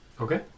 Okay